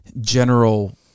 general